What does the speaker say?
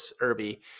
Irby